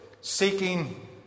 seeking